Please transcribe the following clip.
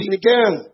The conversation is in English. again